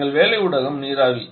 எங்கள் வேலை ஊடகம் நீராவி